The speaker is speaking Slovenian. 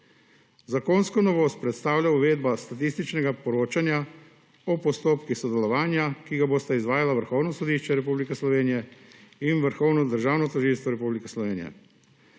Zakonsko novost predstavlja uvedba statističnega poročanja o postopkih sodelovanja, ki ga bosta izvajala Vrhovno sodišče Republike Slovenije in Vrhovno državno tožilstvo Republike Slovenije.